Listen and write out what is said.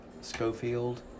Schofield